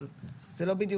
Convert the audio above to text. אבל זה לא בדיוק,